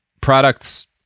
products